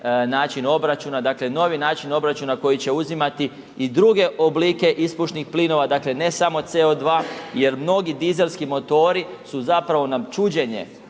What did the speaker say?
način obračuna dakle novi način proračuna koji će uzimati u druge oblike ispušnih plinova, dakle ne samo CO2 jer mnogi dizelski motori su zapravo nam čuđenje